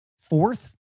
fourth